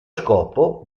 scopo